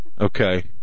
okay